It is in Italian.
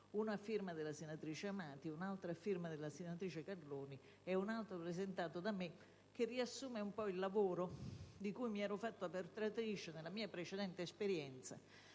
prima firma della senatrice Amati, un altro a firma della senatrice Carloni ed un altro, presentato da me, che riassume un po' il lavoro di cui mi ero fatta portatrice nella mia precedente esperienza